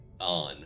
on